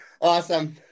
Awesome